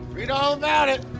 read all about it,